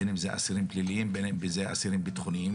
בין אם הם אסירים פליליים בין אם הם אסירים ביטחוניים.